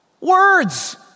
words